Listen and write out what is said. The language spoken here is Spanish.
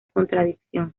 contradicción